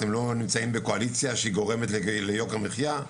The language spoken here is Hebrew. אתם לא נמצאים בקואליציה שגורמת ליוקר המחיה,